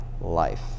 life